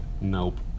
Nope